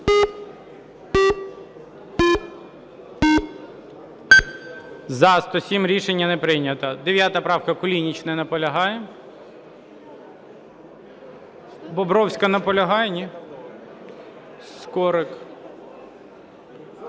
За-107 Рішення не прийнято. 9 правка, Кулініч. Не наполягає. Бобровська, наполягає, ні? Скорик.